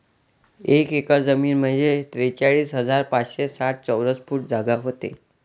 एक एकर जमीन म्हंजे त्रेचाळीस हजार पाचशे साठ चौरस फूट जागा व्हते